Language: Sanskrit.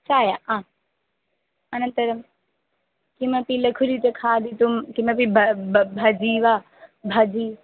चायम् अ अनन्तरं किमपि लघुरीत्या खादितुं किमपि भ बजि वा भजि